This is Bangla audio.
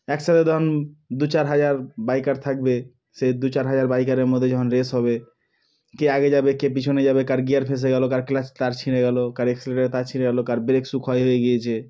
একসাথে তখন দু চার হাজার বাইকার থাকবে সেই দু চার হাজার বাইকারের মধ্যে যখন রেস হবে কে আগে যাবে কে পিছনে যাবে কার গিয়ার ফেসে গেল কার ক্লাচ তার ছিঁড়ে গেল কার এক্সিলেটারের তার ছিঁড়ে গেল কার ব্রেক শ্যু ক্ষয় হয়ে গিয়েছে